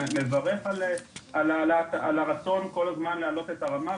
על הרצון להעלות את הרמה כל הזמן,